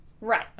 right